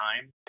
time